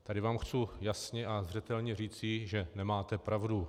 Tady vám chci jasně a zřetelně říci, že nemáte pravdu.